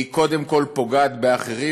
היא קודם כול פוגעת באחרים,